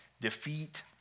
defeat